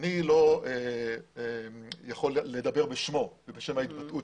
אני לא יכול לדבר בשמו ובשם ההתבטאות